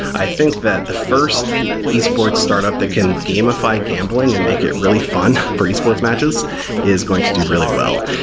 i think that the first esports startup that can gamify gambling and make it really fun for espots matches is going to do really well.